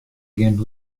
gjin